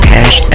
Cash